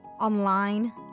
online